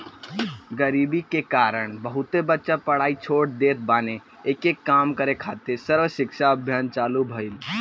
गरीबी के कारण बहुते बच्चा पढ़ाई छोड़ देत बाने, एके कम करे खातिर सर्व शिक्षा अभियान चालु भईल